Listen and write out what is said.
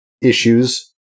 issues